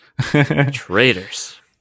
traitors